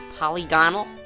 polygonal